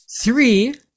three